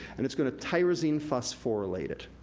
and it's gonna tyrosine phosphorylate it.